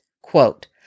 Quote